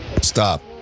Stop